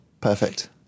perfect